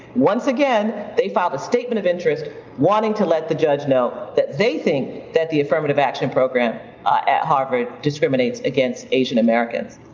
once again they filed a statement of interest wanting to let the judge know that they think that the affirmative action program at harvard discriminates against asian americans.